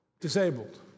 disabled